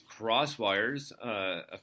Crosswires